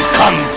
come